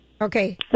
Okay